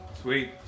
Sweet